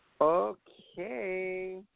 Okay